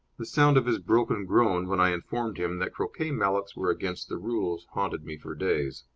the sound of his broken groan when i informed him that croquet mallets were against the rules haunted me for days.